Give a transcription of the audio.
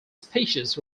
species